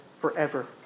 forever